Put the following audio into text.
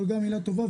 אבל גם מילה טובה,